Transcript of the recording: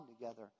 together